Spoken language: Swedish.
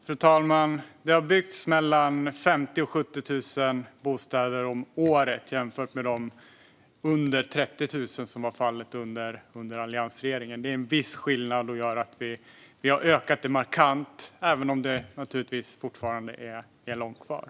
Fru talman! Det har byggts 50 000-70 000 bostäder om året jämfört med mindre än 30 000, som var fallet under alliansregeringen. Det är en viss skillnad. Vi har ökat byggandet markant, även om det naturligtvis fortfarande är långt kvar.